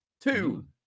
Two